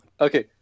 okay